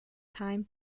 time